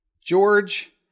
George